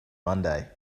monday